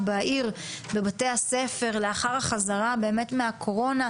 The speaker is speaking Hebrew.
בבתי הספר בעיר שלך לאחר החזרה מהקורונה,